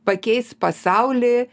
pakeis pasaulį